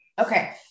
Okay